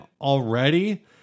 already